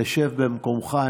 שב במקומך.